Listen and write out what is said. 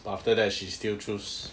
but after that she still choose